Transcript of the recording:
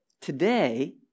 Today